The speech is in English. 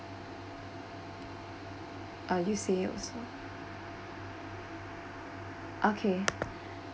are you saying also okay